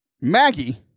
Maggie